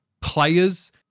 players